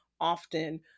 often